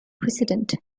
precedent